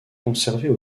conservées